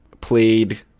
played